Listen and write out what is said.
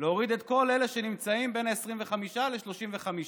להוריד את כל אלה שנמצאים בין ה-25% ל-35%,